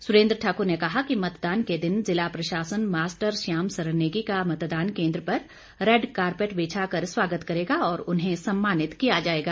सुरेंद्र ठाकुर ने कहा कि मतदान के दिन जिला प्रशासन मास्टर श्याम सरन नेगी का मतदान केंद्र पर रैड कारपेट बिछाकर स्वागत करेगा और उन्हें सम्मानित किया जाएगा